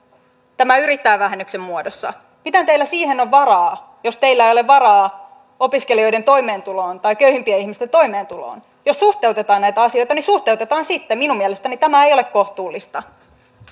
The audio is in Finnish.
tämän yrittäjävähennyksen muodossa miten teillä siihen on varaa jos teillä ei ole varaa opiskelijoiden toimeentuloon tai köyhimpien ihmisten toimeentuloon jos suhteutetaan näitä asioita niin suhteutetaan sitten minun mielestäni tämä ei ole kohtuullista